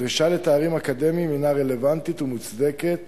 הדרישה לתארים אקדמיים הינה רלוונטית ומוצדקת